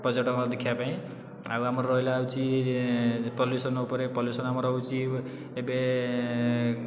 ପର୍ଯ୍ୟଟକଙ୍କ ଦେଖିବା ପାଇଁ ଆଉ ଆମର ରହିଲା ହେଉଛି ପଲ୍ୟୁସନ୍ ଉପରେ ପଲ୍ୟୁସନ୍ ଆମର ହେଉଛି ଏବେ